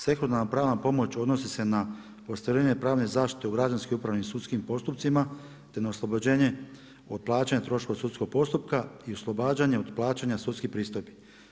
Sekundarna pravna pomoć odnosi se na ostvarivanje pravne zaštite u građanskim, upravnim sudskim postupcima te na oslobođenje od plaćanja troškova sudskog postupka i oslobađanja od plaćanja sudskih pristojbi.